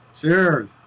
Cheers